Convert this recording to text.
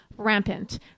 rampant